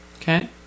Okay